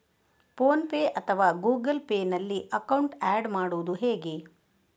Phone pay ಅಥವಾ Google Pay ನಲ್ಲಿ account add ಮಾಡುವುದು ಹೇಗೆ?